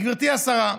גברתי השרה.